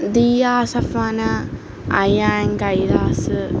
Diya Safana Ayan Kailas